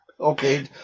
Okay